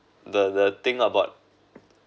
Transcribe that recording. the the thing about